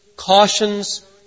Cautions